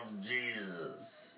Jesus